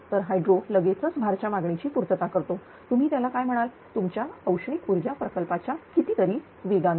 तर हायड्रो लगेचच भार च्या मागणीची पूर्तता करतो तुम्ही त्याला काय म्हणाल तुमच्या औष्णिक ऊर्जा प्रकल्पाच्या कितीतरी वेगाने